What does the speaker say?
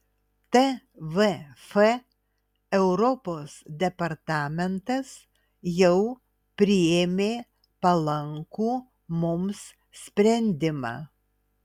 tvf europos departamentas jau priėmė palankų mums sprendimą